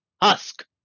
Husk